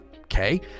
okay